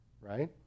right